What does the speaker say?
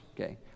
okay